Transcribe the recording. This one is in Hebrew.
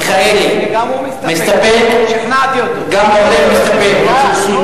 מיכאלי מסתפק, גם אורלב מסתפק.